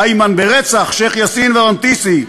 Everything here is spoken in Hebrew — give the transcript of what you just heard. איימן, ברצח שיח' יאסין ורנתיסי,